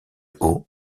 haut